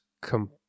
come